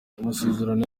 amasezerano